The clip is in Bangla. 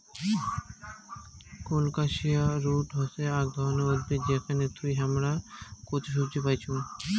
কোলকাসিয়া রুট হসে আক ধরণের উদ্ভিদ যেখান থুই হামরা কচু সবজি পাইচুং